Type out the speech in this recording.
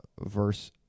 verse